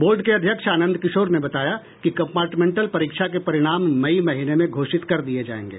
board के अध्यक्ष आनंद किशोर ने बताया कि कंपार्टमेंटल परीक्षा के परिणाम मई महीने में घोषित कर दिये जायेंगे